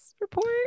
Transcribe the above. report